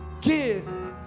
give